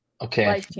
Okay